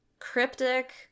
Cryptic